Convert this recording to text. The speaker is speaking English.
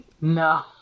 no